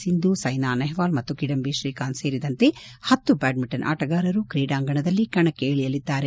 ಸಿಂಧು ಸೈನಾ ನೆಹವಾಲ್ ಮತ್ತು ಕಿಡಂಬಿ ಶ್ರೀಕಾಂತ್ ಸೇರಿದಂತೆ ಹತ್ತು ಬ್ಯಾಡ್ಗಿಂಟನ್ ಆಟಗಾರರು ಕ್ರೀಡಾಂಗಣದಲ್ಲಿ ಕಣಕ್ಕಿಳಿಯಲಿದ್ದಾರೆ